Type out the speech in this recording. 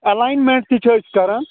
alignment تہِ چھِ أسۍ کَران